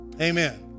amen